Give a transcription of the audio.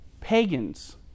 pagans